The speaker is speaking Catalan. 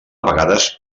vegades